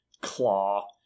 claw